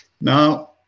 Now